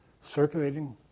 circulating